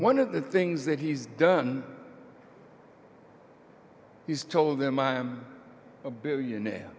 one of the things that he's done he's told them i'm a billionaire